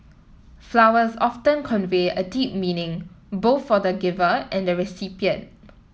flowers often convey a deep meaning both for the giver and the recipient